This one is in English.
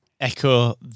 echo